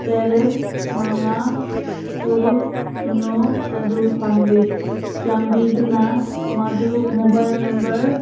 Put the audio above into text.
ꯇꯔꯦꯠ ꯃꯉꯥ ꯇꯔꯨꯛ ꯁꯤꯅꯣ ꯑꯗꯨ ꯐꯪꯂꯤ ꯆꯥꯟꯕꯤꯗꯨꯅ ꯃꯗꯨ ꯃꯣꯕꯥꯏꯜ ꯅꯝꯕꯔ